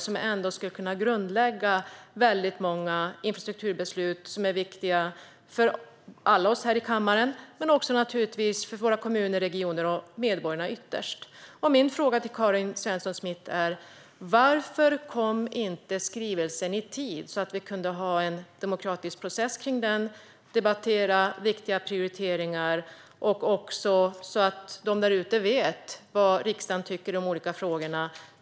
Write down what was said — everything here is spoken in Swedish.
Den ligger till grund för väldigt många infrastrukturbeslut, som är viktiga för alla här i kammaren men också för våra kommuner och regioner och ytterst för medborgarna. Min fråga till Karin Svensson Smith är: Varför kom inte skrivelsen i tid, så att vi kunde ha en demokratisk process om den och debattera viktiga prioriteringar? På det sättet får de där ute också veta vad riksdagen tycker i de olika frågorna.